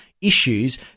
issues